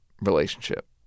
relationship